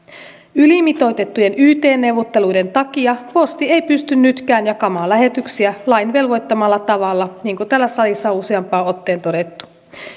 ylimitoitettujen yt neuvotteluiden takia posti ei pysty nytkään jakamaan lähetyksiä lain velvoittamalla tavalla niin kuin täällä salissa on useampaan otteeseen todettu